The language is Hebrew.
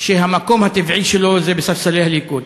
שהמקום הטבעי שלו זה בספסלי הליכוד.